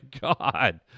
God